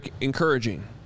encouraging